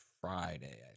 Friday